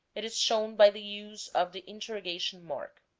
it is shown by the use of the interrogation mark.